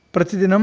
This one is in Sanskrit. प्रतिदिनं